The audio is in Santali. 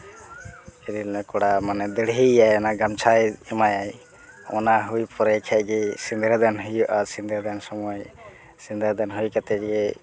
ᱤᱨᱤᱞ ᱢᱮ ᱠᱚᱲᱟ ᱢᱟᱱᱮ ᱫᱟᱲᱦᱤᱭᱮᱭᱟᱭ ᱢᱟᱱᱮ ᱜᱟᱢᱪᱷᱟ ᱮᱢᱟᱭᱟᱭ ᱚᱱᱟ ᱦᱩᱭ ᱯᱚᱨᱮ ᱠᱷᱟᱡ ᱜᱮ ᱥᱤᱸᱫᱽᱨᱟᱹ ᱫᱟᱱ ᱦᱩᱭᱩᱜᱼᱟ ᱥᱤᱸᱫᱽᱨᱟᱹ ᱫᱟᱱ ᱥᱚᱢᱚᱭ ᱥᱤᱸᱫᱽᱨᱟᱹ ᱫᱟᱱ ᱦᱩᱭ ᱠᱟᱛᱮ ᱜᱮ